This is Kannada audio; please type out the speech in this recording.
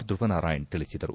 ಧ್ರುವನಾರಾಯಣ ತಿಳಿಸಿದರು